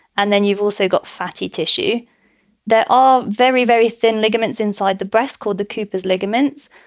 and then you've also got fatty tissue that are very, very thin ligaments inside the breast called the cooper's ligaments.